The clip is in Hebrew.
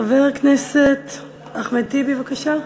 חבר הכנסת אחמד טיבי, בבקשה.